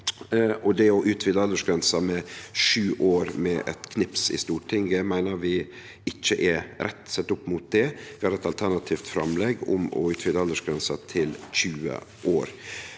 og det å utvide aldersgrensa med sju år med ein knips i Stortinget meiner vi ikkje er rett, sett opp mot det. Vi har eit alternativt framlegg om å utvide aldersgrensa til 20 år.